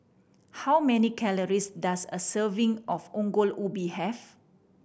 how many calories does a serving of Ongol Ubi have